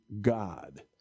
God